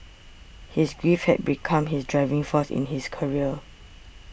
his grief had become his driving force in his career